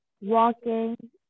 walking